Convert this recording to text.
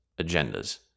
agendas